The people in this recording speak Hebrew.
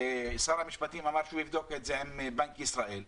ושר המשפטים אמר שהוא יבדוק את זה עם בנק ישראל.